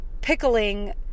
pickling